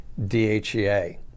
DHEA